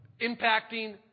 impacting